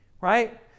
right